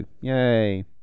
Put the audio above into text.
yay